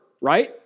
Right